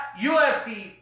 UFC